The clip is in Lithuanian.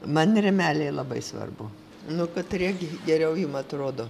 man rėmeliai labai svarbu nu katrie gi geriau jum atrodo